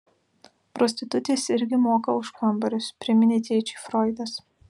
prostitutės irgi moka už kambarius priminė tėčiui froidas